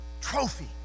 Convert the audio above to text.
trophy